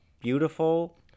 beautiful